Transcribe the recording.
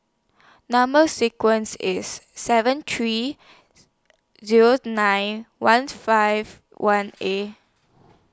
Number sequence IS seven three Zero nine one five one eight